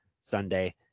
Sunday